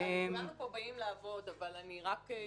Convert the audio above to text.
כולנו באים לפה לעבוד --- עזבי.